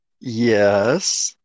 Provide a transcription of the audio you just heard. Yes